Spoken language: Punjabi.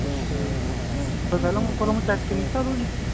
ਅੱਛਾ ਜੀ ਅਤੇ ਫਿਲਮ ਫਿਲਮ 'ਚ ਐਕਟ ਕੀਤਾ ਕੋਈ